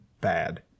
bad